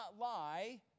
lie